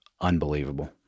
unbelievable